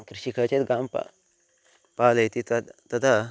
कृषिका चेत् गां पालयति पालयति तद् तदा